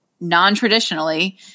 non-traditionally